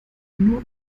nur